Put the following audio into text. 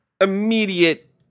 immediate